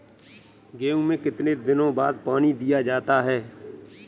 गेहूँ में कितने दिनों बाद पानी दिया जाता है?